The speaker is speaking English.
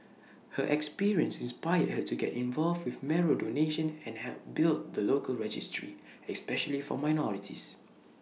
her experience inspired her to get involved with marrow donation and help build the local registry especially for minorities